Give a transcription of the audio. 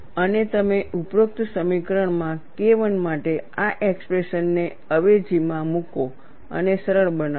અને તમે ઉપરોક્ત સમીકરણમાં KI માટે આ એક્સપ્રેશન ને અવેજીમાં મૂકો અને સરળ બનાવો